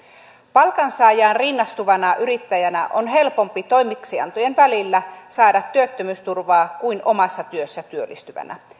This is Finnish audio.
palkansaajaan rinnastuvana yrittäjänä on helpompi toimeksiantojen välillä saada työttömyysturvaa kuin omassa työssä työllistyvänä